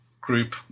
group